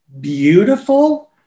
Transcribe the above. beautiful